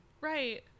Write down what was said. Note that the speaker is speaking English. Right